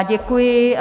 Děkuji.